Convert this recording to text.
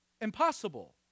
impossible